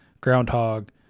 groundhog